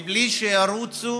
בלי שירוצו